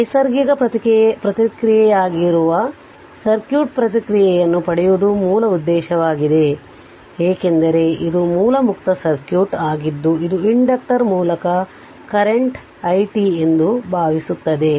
ನೈಸರ್ಗಿಕ ಪ್ರತಿಕ್ರಿಯೆಯಾಗಿರುವ ಸರ್ಕ್ಯೂಟ್ ಪ್ರತಿಕ್ರಿಯೆಯನ್ನು ಪಡೆಯುವುದು ಮೂಲ ಉದ್ದೇಶವಾಗಿದೆ ಏಕೆಂದರೆ ಇದು ಮೂಲ ಮುಕ್ತ ಸರ್ಕ್ಯೂಟ್ ಆಗಿದ್ದು ಇದು ಇಂಡಕ್ಟರ್ ಮೂಲಕ ಕರೆಂಟ್ i ಎಂದು ಭಾವಿಸುತ್ತದೆ